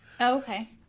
Okay